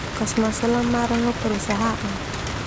Kasih maso lamaran lo perusahaan ah.